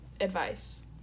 advice